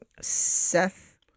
Seth